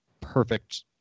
perfect